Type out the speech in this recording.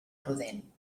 prudent